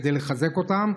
כדי לחזק אותם,